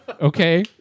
Okay